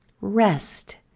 Rest